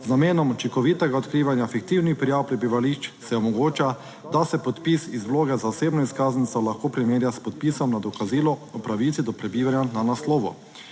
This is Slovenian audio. Z namenom učinkovitega odkrivanja fiktivnih prijav prebivališč se omogoča, da se podpis iz vloge za osebno izkaznico lahko primerja s podpisom na dokazilo o pravici do prebivanja na naslovu.